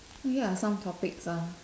here are some topics ah